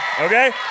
okay